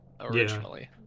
originally